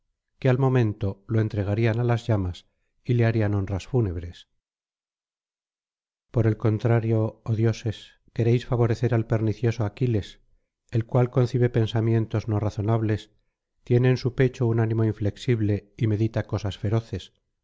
que al momento lo entregarían á las llamas y le harían honras fúnebres por el contrario oh dioses queréis favorecer al pernicioso aquiles el cual concibe pensamientos no razonables tiene en su pecho un ánimo inflexible y medita cosas feroces